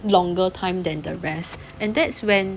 longer time than the rest and that's when